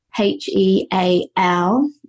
h-e-a-l